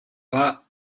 that